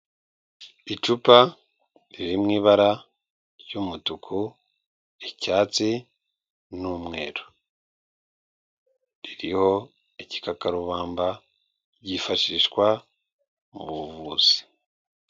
Icupa riri mu ibara ry'umutuku, icyatsi n'umweru, ririho igikakarubamba byifashishwa mu buvuzi.